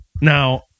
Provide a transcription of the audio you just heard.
Now